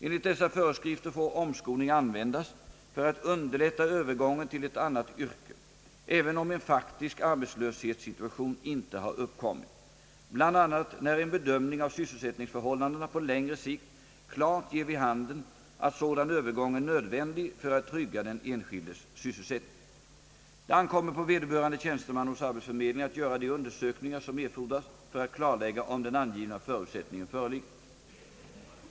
Enligt dessa föreskrifter får omskolning användas för att underlätta övergången till ett annat yrke, även om en faktisk arbetslöshetssituation inte har uppkommit, bl.a. när en bedömning av sysselsättningsförhållandena på längre sikt klart ger vid handen, att sådan övergång är nödvändig för att trygga den enskildes sysselsättning. Det ankommer på vederbörande tjänsteman hos arbetsförmedlingen att göra de undersökningar som erfordras för att klarlägga om den angivna förutsättningen föreligger.